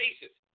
basis